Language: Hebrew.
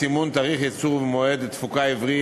סימון תאריך ייצור ומועד תפוגה עברי),